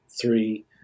three